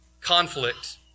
conflict